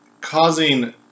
causing